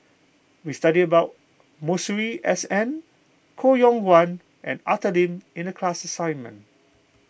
we studied about Masuri S N Koh Yong Guan and Arthur Lim in the class assignment